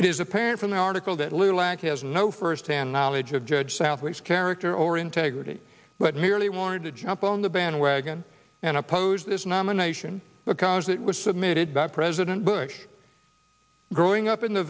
is apparent from the article that lulac has no firsthand knowledge of judge southwick character or integrity but merely wanted to jump on the bandwagon and oppose this nomination because it was submitted by president bush growing up in the